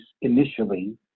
initially